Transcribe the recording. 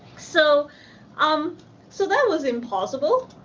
so um so that was impossible.